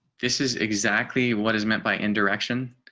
this is exactly what is meant by indirection.